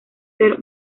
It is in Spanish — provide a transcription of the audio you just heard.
ser